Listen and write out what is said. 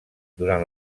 durant